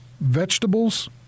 vegetables